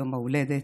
יום ההולדת,